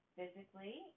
Physically